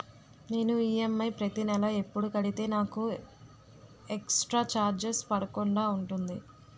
నేను ఈ.ఎమ్.ఐ ప్రతి నెల ఎపుడు కడితే నాకు ఎక్స్ స్త్ర చార్జెస్ పడకుండా ఉంటుంది?